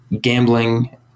gambling